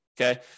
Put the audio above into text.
Okay